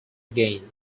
again